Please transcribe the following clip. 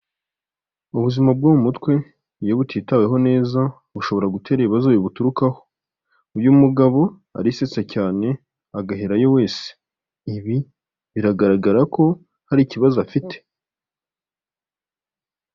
Ubuzima bwo mu mutwe, iyo butitaweho neza bushobora gutera ibibazo bibuturukaho. Uyu mugabo arisetsa cyane agaherayo wese; ibi biragaragara ko hari ikibazo afite.